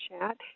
Chat